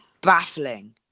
baffling